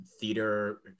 theater